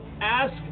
ask